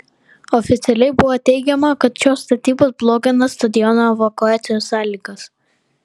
oficialiai buvo teigiama kad šios statybos blogina stadiono evakuacijos sąlygas